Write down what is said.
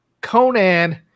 Conan